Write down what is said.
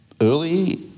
early